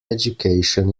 education